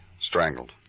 Strangled